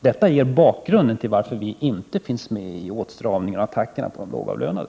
Detta är bakgrunden till att vi inte ställer oss bakom åtstramningarna och attackerna mot de lågavlönade.